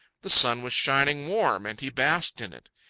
the sun was shining warm, and he basked in it.